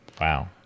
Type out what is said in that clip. Wow